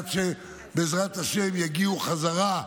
עד שבעזרת השם יגיעו חזרה.